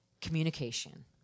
communication